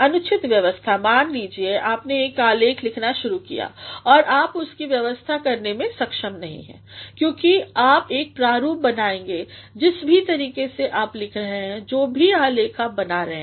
उनुचित व्यवस्था मान लीजिए आपने एक आलेख लिखना शुरू किया और आप उसकी व्यवस्था करने में सक्षम नहीं हैं क्योंकि आप एक प्रारूप बनाएगे जिस भी तरीके से आप लिख रहे हैं जो भी आलेख अब बनाने जा रहे हैं